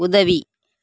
உதவி